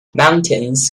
mountains